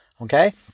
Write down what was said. okay